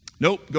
Nope